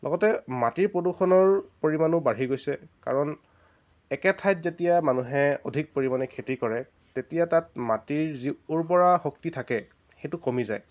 লগতে মাটি প্ৰদূষণৰ পৰিমাণো বাঢ়ি গৈছে কাৰণ একে ঠাইত যেতিয়া মানুহে অধিক পৰিমাণে খেতি কৰে তেতিয়া তাত মাটিৰ যি উৰ্বৰা শক্তি থাকে সেইটো কমি যায়